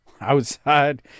outside